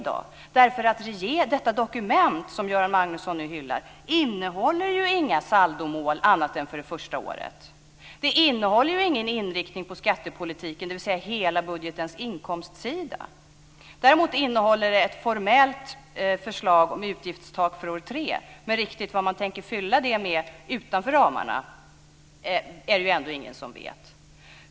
Det dokument som Göran Magnusson nu hyllar innehåller ju inga saldomål annat än för det första året. Det innehåller ingen inriktning på skattepolitiken, dvs. hela budgetens inkomstsida. Däremot innehåller det ett formellt förslag om utgiftstak för år tre. Men riktigt vad man tänker fylla det med, utanför ramarna, är det ingen som vet.